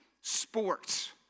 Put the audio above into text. sports